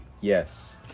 Yes